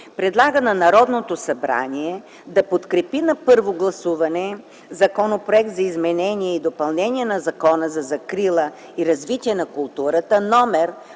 Предлага на Народното събрание да подкрепи на първо гласуване Законопроекта за изменение и допълнение на Закона за закрила и развитие на културата,